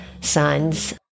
sons